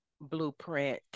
blueprint